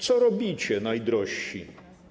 Co robicie, najdrożsi?